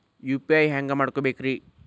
UPI ಹ್ಯಾಂಗ ಮಾಡ್ಕೊಬೇಕ್ರಿ?